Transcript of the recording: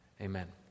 Amen